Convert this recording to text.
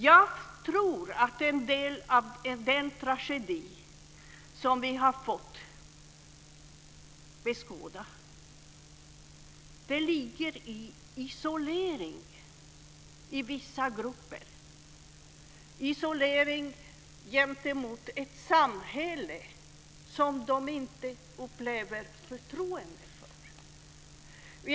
Jag tror att en del av den tragedi vi har fått beskåda ligger i en isolering i vissa grupper gentemot ett samhälle som de upplever att de inte har förtroende för.